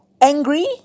angry